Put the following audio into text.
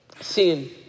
seeing